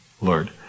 Lord